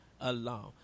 alone